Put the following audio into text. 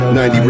90